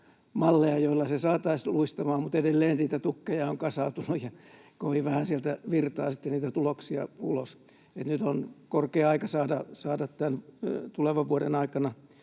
malleja, joilla se saataisiin luistamaan, mutta edelleen niitä tukkeja on kasaantunut ja kovin vähän sieltä virtaa niitä tuloksia ulos. Niin että nyt on korkea aika saada tämän tulevan vuoden aikana